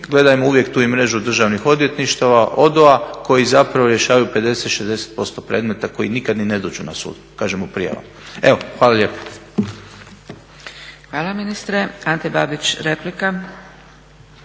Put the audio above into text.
gledajmo uvijek tu i mrežu državnih odvjetništava koji zapravo rješavaju 50, 60% predmeta koji nikad ni ne dođu na sud, kažem o prijavama. Evo, hvala lijepo. **Zgrebec, Dragica (SDP)** Hvala ministre. Ante Babić, replika.